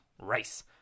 race